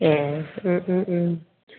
ए' उम उम उम